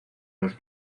los